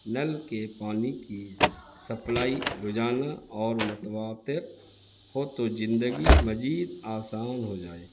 نل کے پانی کی سپلائی روزانہ اور متواتر ہو تو زندگی مزید آسان ہو جائے